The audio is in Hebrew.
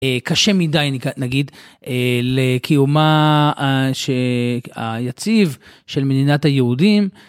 קשה מדי נגיד לקיומה היציב של מדינת היהודים.